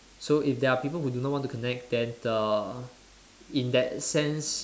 so if there are people who do not want to connect then uh in that sense